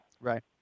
right